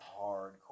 hardcore